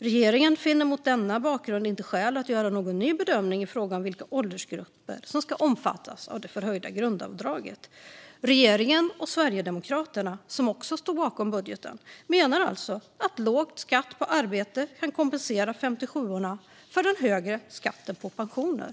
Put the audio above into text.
Regeringen finner mot denna bakgrund inte skäl att göra någon ny bedömning i fråga om vilka åldersgrupper som ska omfattas av det förhöjda grundavdraget." Regeringen och Sverigedemokraterna, som också stod bakom budgeten, menar alltså att låg skatt på arbete kan kompensera 57:orna för den högre skatten på pensioner.